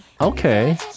Okay